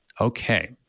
Okay